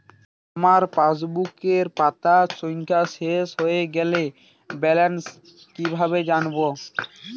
আমার পাসবুকের পাতা সংখ্যা শেষ হয়ে গেলে ব্যালেন্স কীভাবে জানব?